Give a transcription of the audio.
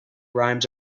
rhymes